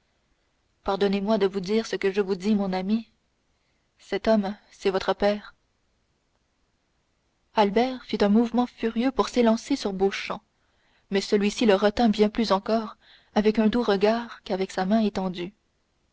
pardonnez-moi de vous dire ce que je vous dis mon ami cet homme c'est votre père albert fit un mouvement furieux pour s'élancer sur beauchamp mais celui-ci le retint bien plus encore avec un doux regard qu'avec sa main étendue